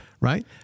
Right